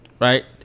Right